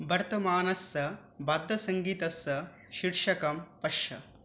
वर्तमानस्स वाद्यसङ्गीतस्य शीर्षकं पश्य